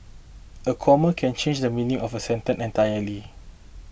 a comma can change the meaning of a sentence entirely